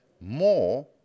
more